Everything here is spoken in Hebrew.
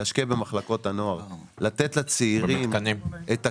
להשקיע במחלקות הנוער, לתת לצעירים את הכלים,